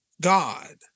God